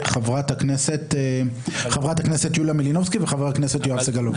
חברת הכנסת יוליה מלינובסקי וחבר הכנסת יואב סגלוביץ'.